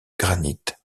granit